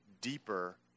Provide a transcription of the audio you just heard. deeper